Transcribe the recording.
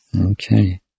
okay